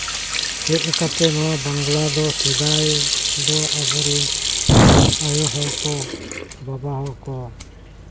ᱪᱮᱫ ᱞᱮᱠᱟᱛᱮ ᱱᱚᱣᱟ ᱵᱟᱝᱞᱟ ᱫᱚ ᱥᱮᱫᱟᱭ ᱫᱚ ᱟᱵᱚᱨᱮᱱ ᱟᱭᱳ ᱦᱚᱲ ᱠᱚ ᱵᱟᱵᱟ ᱦᱚᱲ ᱠᱚ